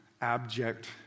abject